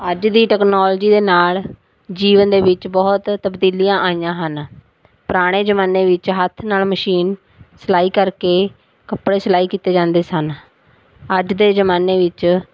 ਅੱਜ ਦੀ ਟਕਨੋਲਜੀ ਦੇ ਨਾਲ ਜੀਵਨ ਦੇ ਵਿੱਚ ਬਹੁਤ ਤਬਦੀਲੀਆਂ ਆਈਆਂ ਹਨ ਪੁਰਾਣੇ ਜ਼ਮਾਨੇ ਵਿੱਚ ਹੱਥ ਨਾਲ ਮਸ਼ੀਨ ਸਿਲਾਈ ਕਰਕੇ ਕੱਪੜੇ ਸਿਲਾਈ ਕੀਤੇ ਜਾਂਦੇ ਸਨ ਅੱਜ ਦੇ ਜ਼ਮਾਨੇ ਵਿੱਚ